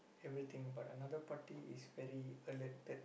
everything but another party is very alerted